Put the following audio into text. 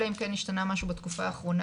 אלא אם כן השתנה משהו בתקופה האחרונה,